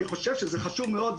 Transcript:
זה חשוב מאוד.